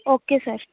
okay sir